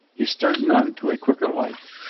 he stirred none to a quicker life.